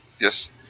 yes